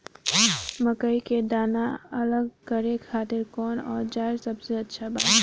मकई के दाना अलग करे खातिर कौन औज़ार सबसे अच्छा बा?